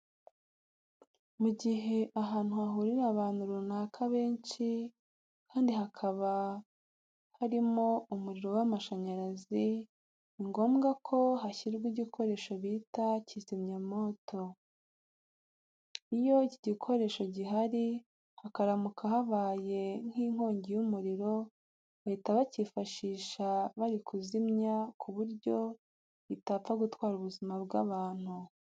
Mu gihe ahantu hahurira abantu runaka benshi kandi hakaba harimo umuriro w'amashanyarazi, ni ngombwa ko hashyirwa igikoresho bita kizimyamoto. Iyo iki gikoresho gihari, hakaramuka habaye nk'inkongi y'umuriro bahita bacyifashisha bari kuyizimya ku buryo itapfa gutwara ubuzima bw'abantu.